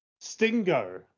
Stingo